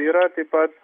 yra taip pat